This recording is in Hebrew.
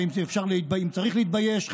ואם צריך להתבייש,